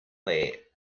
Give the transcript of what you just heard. late